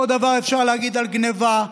אותו הדבר אפשר להגיד על גנבה,